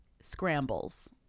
scrambles